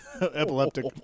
Epileptic